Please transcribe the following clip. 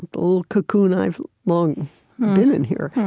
the little cocoon i've long been in, here,